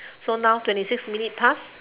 so now twenty six minute pass